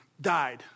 died